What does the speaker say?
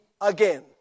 again